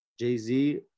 Jay-Z